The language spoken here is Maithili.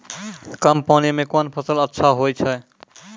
कम पानी म कोन फसल अच्छाहोय छै?